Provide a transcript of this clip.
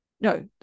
No